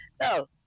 No